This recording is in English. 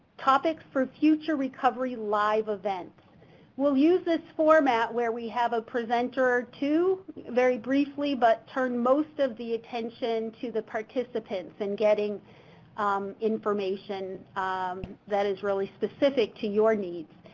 topics for future recovery live events we'll use this format where we have a presenter to very briefly, but turn most of the attention to the participants and getting information that is really specific to your needs.